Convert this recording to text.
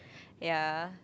ya